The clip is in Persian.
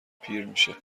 پیرمیشه